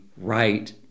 right